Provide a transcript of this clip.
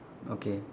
okay